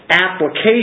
application